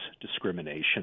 discrimination